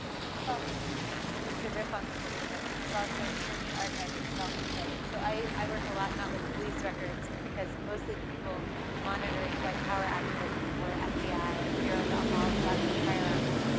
this is also, just just to rip on this a little bit, this is also in the archive itself, right. so i work a lot, not with police records because mostly the people monitoring white power activism were fbi, bureau of alcohol, tobacco, and firearms,